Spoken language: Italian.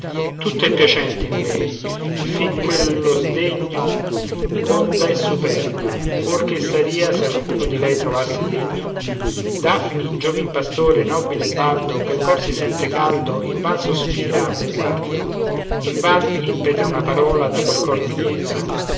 è piacente in lei fin quello sdegno ond'è superba or che saria se alcuno di lei trovasse degno dafni giovin pastor nobile e baldo che il cor si sente caldo invan sospira un guardo invan impetra una parola da quel cor di pietra